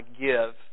give